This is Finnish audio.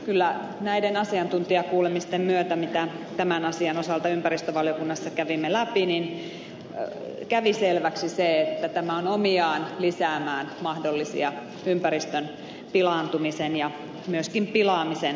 kyllä näiden asiantuntijakuulemisten myötä jotka tämän asian osalta ympäristövaliokunnassa kävimme läpi kävi selväksi se että tämä on omiaan lisäämään ympäristön pilaantumisen ja myöskin pilaamisen mahdollisuuksia